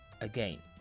again